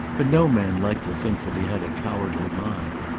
but no man liked to think that he had a cowardly mind.